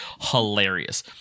Hilarious